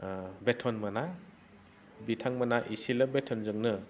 बेथ'न मोना बिथांमोनहा एसेल' बेथ'नजोंनो